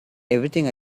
everything